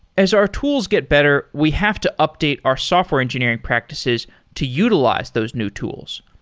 as our tools get better, we have to update our software engineering practices to utilize those new tools.